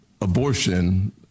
abortion